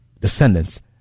descendants